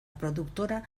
produktora